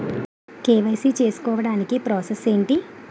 KYC చేసుకోవటానికి process ఏంటి?